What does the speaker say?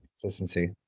consistency